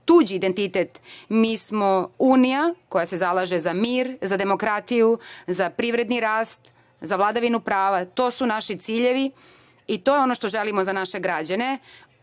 tuđi identitet. Mi smo Unija koja se zalaže za mir, za demokratiju, za privredni rast, za vladavinu prava. To su naši ciljevi i to je ono što želimo za naše građane